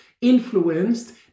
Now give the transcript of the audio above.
influenced